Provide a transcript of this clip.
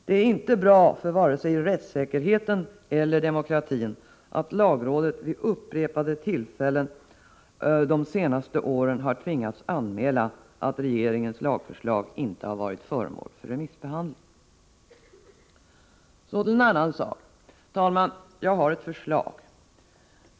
Det är inte bra för vare sig rättssäkerheten eller demokratin att lagrådet vid upprepade tillfällen de senaste åren har tvingats anmäla att regeringens lagförslag inte har varit föremål för remissbehandling. Så till en annan sak. Herr talman! Jag har ett förslag.